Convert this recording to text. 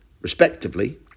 respectively